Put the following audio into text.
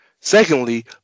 Secondly